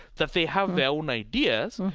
that they have their own ideas,